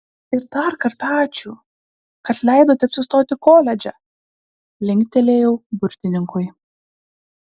ir dar kartą ačiū kad leidote apsistoti koledže linktelėjau burtininkui